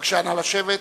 נא לשבת.